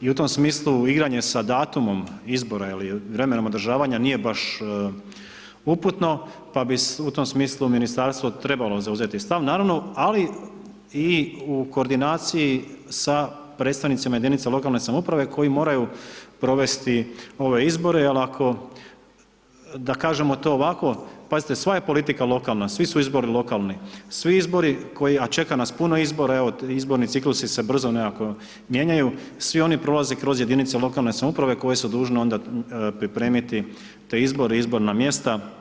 i u tom smislu igranje sa datumom izbora ili vremenom održavanja nije baš uputno, pa bi u tom smislu ministarstvo trebalo zauzeti stav, naravno, ali i u koordinaciji sa predstojnicima jedinice lokalne samouprave koji moraju provesti ove izbore, jer ako da kažemo to ovako, pazite sva je politika lokalna, svi su izbori lokalni, svi izbori, a čeka nas puno izbora, evo izborni ciklusi se brzo nekako mijenjaju svi oni prolaze kroz jedinice lokalne samouprave, koje su dužne onda pripremiti te izbore, izborna mjesta.